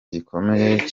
gikomeye